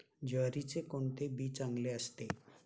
ज्वारीचे कोणते बी चांगले असते?